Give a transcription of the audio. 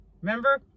Remember